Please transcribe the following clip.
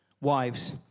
wives